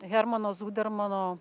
hermano zudermano